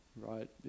right